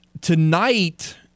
Tonight